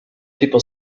people